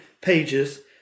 pages